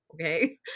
Okay